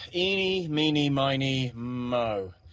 eenie meenie minie mo.